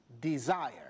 desire